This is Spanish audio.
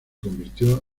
convirtió